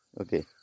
okay